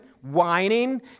Whining